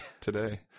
Today